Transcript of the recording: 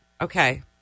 Okay